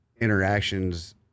interactions